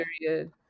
period